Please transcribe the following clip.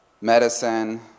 medicine